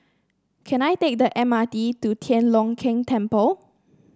can I take the M R T to Tian Leong Keng Temple